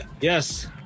Yes